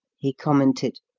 he commented.